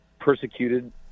persecuted